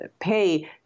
pay